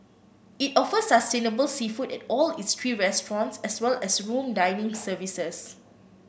it offers sustainable seafood at all its three restaurants as well as room dining services